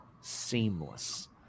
seamless